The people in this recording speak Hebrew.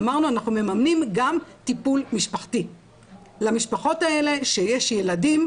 אמרנו 'אנחנו מממנים גם טיפול משפחתי למשפחות האלה שיש ילדים',